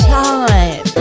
time